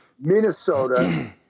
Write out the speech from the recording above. Minnesota